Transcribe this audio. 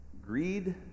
greed